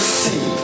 see